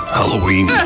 Halloween